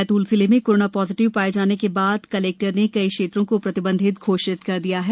बैतूल जिले में corona positive पाए जाने के उपरांत कलेक्टर ने कई क्षेत्रों को प्रतिबंधित घोषित कर दिया है